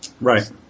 Right